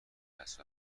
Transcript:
هست